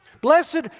Blessed